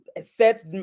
Sets